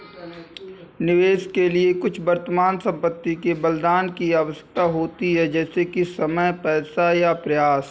निवेश के लिए कुछ वर्तमान संपत्ति के बलिदान की आवश्यकता होती है जैसे कि समय पैसा या प्रयास